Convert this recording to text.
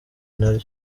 naryo